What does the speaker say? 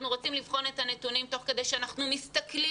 אנחנו רוצים לבחון את הנתונים תוך כדי שאנחנו מסתכלים